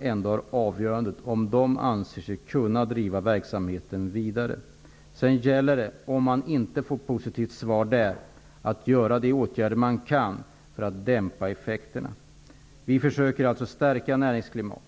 ändå företaget som avgör om det anser sig kunna driva verksamheten vidare. Om vi inte får ett positivt svar där gäller det att vidta de åtgärder vi kan för att dämpa effekterna. Vi försöker alltså stärka näringsklimatet.